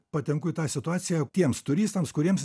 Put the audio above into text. patenku į tą situaciją tiems turistams kuriems